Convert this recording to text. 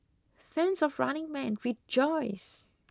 Fans of Running Man rejoice